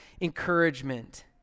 encouragement